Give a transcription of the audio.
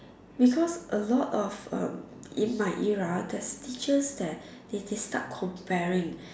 because a lot of um in my era there's teachers that they they start comparing